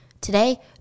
Today